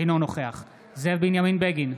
אינו נוכח זאב בנימין בגין,